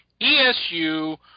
ESU